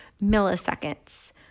milliseconds